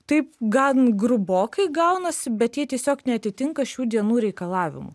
taip gan grubokai gaunasi bet ji tiesiog neatitinka šių dienų reikalavimų